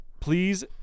please